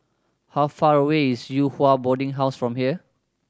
how far away is Yew Hua Boarding House from here